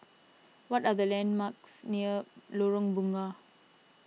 what are the landmarks near Lorong Bunga